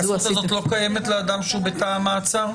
הזכות הזו לא קיימת לאדם שהוא בתא המעצר?